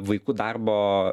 vaikų darbo